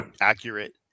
accurate